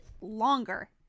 longer